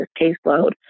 caseload